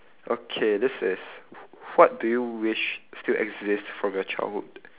okay this is w~ what do you wish still exist from your childhood